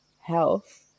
health